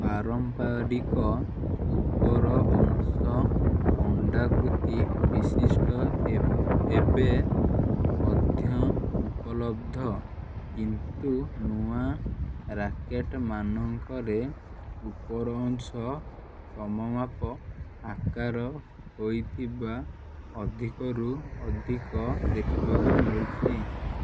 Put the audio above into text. ପାରମ୍ପରିକ ଉପର ଅଂଶ ଅଣ୍ଡାକୃତି ବିଶିଷ୍ଟ ଏବେ ମଧ୍ୟ ଉପଲବ୍ଧ କିନ୍ତୁ ନୂଆ ରାକେଟ୍ ମାନଙ୍କରେ ଉପର ଅଂଶ ସମମାପ ଆକାର ହୋଇଥିବା ଅଧିକରୁ ଅଧିକ ଦେଖିବାକୁ ମିଳୁଛି